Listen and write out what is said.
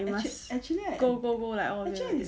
must go go go like all that